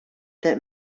that